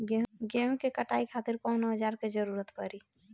गेहूं के कटाई खातिर कौन औजार के जरूरत परी?